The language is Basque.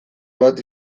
bat